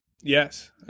Yes